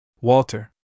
Walter